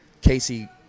Casey